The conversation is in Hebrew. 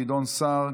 גדעון סער,